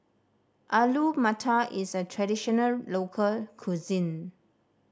Alu Matar is a traditional local cuisine